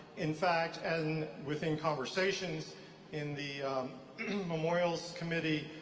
in fact, and within conversations in the memorials committee,